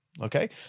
Okay